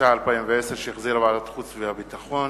התש"ע 2010, שהחזירה ועדת החוץ והביטחון,